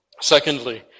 Secondly